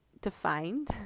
defined